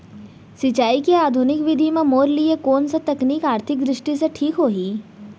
सिंचाई के आधुनिक विधि म मोर लिए कोन स तकनीक आर्थिक दृष्टि से ठीक होही?